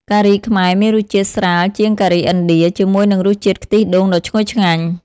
ការីខ្មែរមានរសជាតិស្រាលជាងការីឥណ្ឌា ជាមួយនឹងរសជាតិខ្ទិះដូងដ៏ឈ្ងុយឆ្ងាញ់ ។